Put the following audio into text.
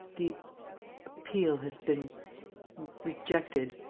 the appeal has been rejected,